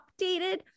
updated